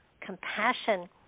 compassion